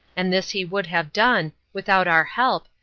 and this he would have done, without our help,